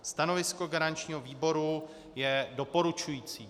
Stanovisko garančního výboru je doporučující.